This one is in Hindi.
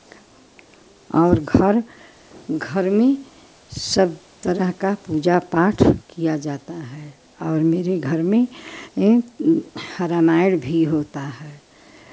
और घर घर में सब तरह का पूजा पाठ किया जाता है और मेरे घर में रामायण भी होता है